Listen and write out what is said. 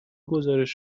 گزارش